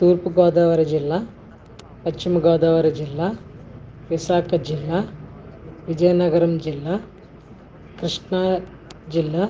తూర్పు గోదావరి జిల్లా పశ్చిమ గోదావరి జిల్లా విశాఖ జిల్లా విజయనగరం జిల్లా కృష్ణా జిల్లా